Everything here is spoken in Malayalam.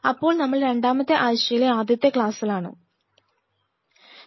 അപ്പോൾ നമ്മൾ രണ്ടാമത്തെ ആഴ്ചയിലെ ആദ്യത്തെ ക്ലാസ്സിലാണ് W2L 1